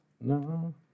No